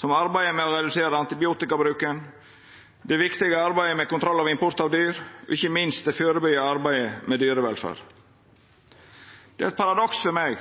som arbeidet med å redusera antibiotikabruken, det viktige arbeidet med kontroll ved import av dyr og ikkje minst det førebyggjande arbeidet med dyrevelferd. Det er eit paradoks for meg